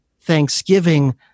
Thanksgiving